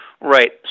Right